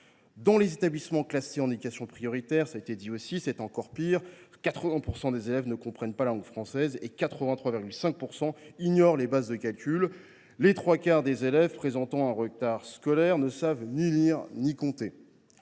Dans les établissements classés en éducation prioritaire, la situation est bien pire : 80 % des élèves ne comprennent pas la langue française et 83,5 % ignorent les bases du calcul. Les trois quarts des élèves présentant un retard scolaire ne savent ni lire ni compter.